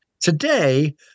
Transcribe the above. Today